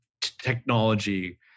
technology